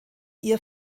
ihr